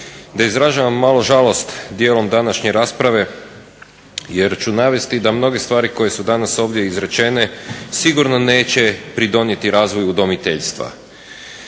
da izražavam malo žalost dijelom današnje rasprave jer ću navesti da mnoge stvari koje su danas ovdje izrečene sigurno neće pridonijeti razvoju udomiteljstva.